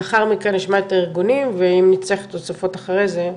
לאחר מכן נשמע את הארגונים ואם צריך תוספות אחרי זה,